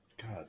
God